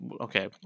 okay